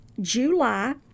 July